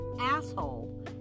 asshole